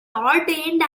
ordained